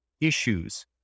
issues